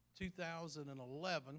2011